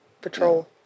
Patrol